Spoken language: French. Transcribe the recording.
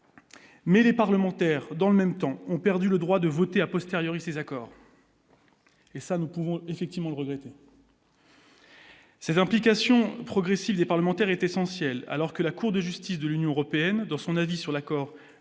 mais les parlementaires dans le même temps, ont perdu le droit de voter, à postériori, ces accords. Et ça, nous pouvons effectivement le regretter. Cette implication progressive des parlementaires est essentiel, alors que la Cour de justice de l'Union européenne dans son avis sur l'accord,